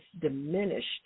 diminished